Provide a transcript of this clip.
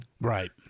Right